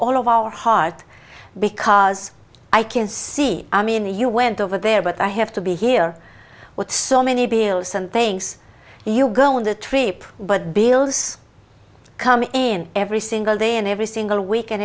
all of our heart because i can see i mean you went over there but i have to be here with so many bills and things you go on the trip but bills come in every single day and every single week